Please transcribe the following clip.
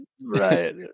Right